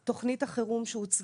אני רוצה להגיד שתוכנית החירום שהוצגה